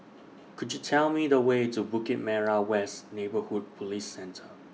Could YOU Tell Me The Way to Bukit Merah West Neighbourhood Police Centre